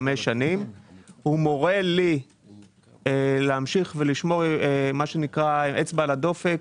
לחמש שנים הוא מורה לי להמשיך ולשמור את האצבע על הדופק,